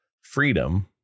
freedom